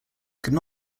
could